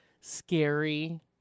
scary